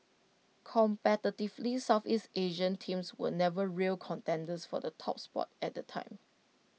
competitively Southeast Asian teams were never real contenders for the top spot at the time